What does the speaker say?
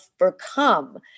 overcome